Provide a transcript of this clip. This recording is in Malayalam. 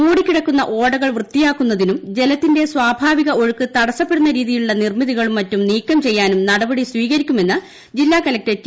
മൂടിക്കിടക്കുന്ന ഓടകൾ വൃത്തിയാക്കുന്നതിനും ജലത്തിന്റെ സ്വാഭാവിക ഒഴുക്ക് തടസ്സപ്പെടുന്ന രീതിയിലുള്ള നിർമിതികളും മറ്റും നീക്കം ചെയ്യാനും നടപടി സ്വീകരിക്കുമെന്ന് ജില്ലാ കലക്ടർ ടി